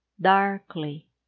darkly